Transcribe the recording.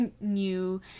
new